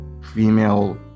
female